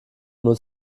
nur